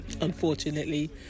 unfortunately